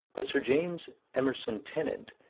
but sir james emerson tennant,